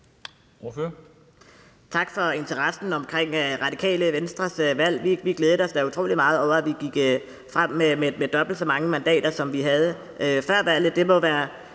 Tak for interessen for Radikale Venstres valg. Vi glædede os da utrolig meget over, at vi gik frem med dobbelt så mange mandater, som vi havde før valget.